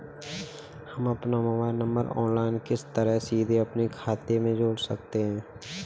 हम अपना mobile number online किस तरह सीधे अपने खाते में जोड़ सकते हैं?